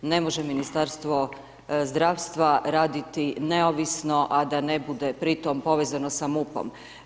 Ne može Ministarstvo zdravstva raditi neovisno, a da ne bude pri tome povezano sa MUP-om.